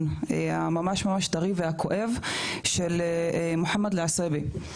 הממש ממש טרי והכואב של מוחמד אלעסיבי.